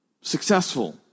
successful